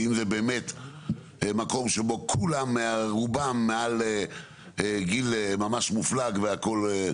שאם זה באמת מקום שבו כולם רובם מעל גיל ממש מופלג והכל,